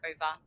over